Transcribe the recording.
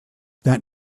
that